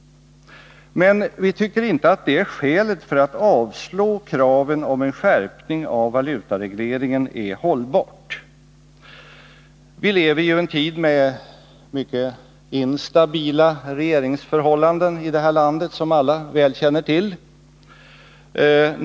Vi tycker dock inte att detta skäl för att avslå kraven på en skärpning av valutaregleringen är hållbart. Vi lever ju i en tid med mycket instabila regeringsförhållanden i vårt land, såsom alla väl känner till.